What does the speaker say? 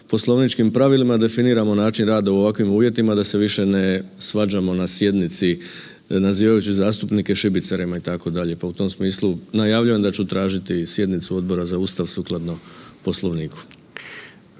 poslovničkim pravilima definiramo način rada u ovakvim uvjetima da se više ne svađamo na sjednici nazivajući zastupnike šibicarima itd., pa u tom smislu najavljujem da ću tražiti i sjednicu Odbora za Ustav sukladno Poslovniku.